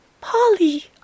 Polly